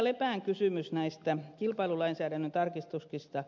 lepän kysymys näistä kilpailulainsäädännön tarkistuksista